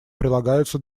прилагаются